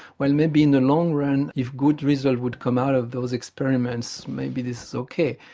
well maybe in the long-run if good results would come out of those experiments maybe this is okay.